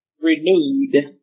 renewed